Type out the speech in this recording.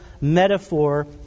metaphor